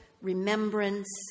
remembrance